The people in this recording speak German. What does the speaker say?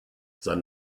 sein